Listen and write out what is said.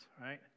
right